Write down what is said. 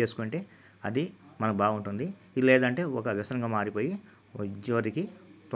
చేసుకుంటే అది మనకి బాగుంటుంది ఇలా లేదంటే ఒక వ్యసనంగా మారిపోయి చివరికి